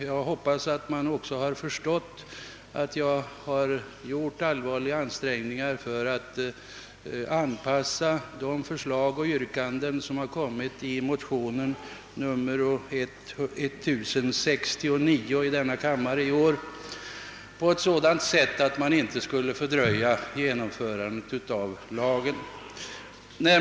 Jag hoppas att det också framgår att jag gjort allvarliga ansträngningar för att anpassa de förslag och yrkanden, som framförs i motionen II: 1069, på ett sådant sätt att de inte skulle fördröja genomförandet av lagen.